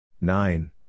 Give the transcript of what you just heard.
Nine